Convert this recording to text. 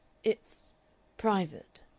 it's private.